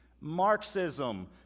Marxism